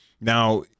Now